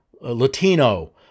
Latino